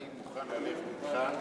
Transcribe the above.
אני מוכן ללכת אתך,